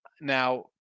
Now